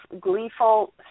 gleeful